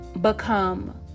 become